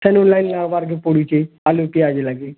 ସେନୁ ଲାଇନ୍ ଲାଗ୍ବାର୍କେ ପଡ଼ୁଛେ ଆଲୁ ପିଆଜ୍ ଲାଗି